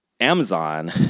Amazon